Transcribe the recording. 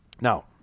Now